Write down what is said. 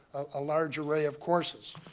a large array of courses,